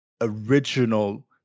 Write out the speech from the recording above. original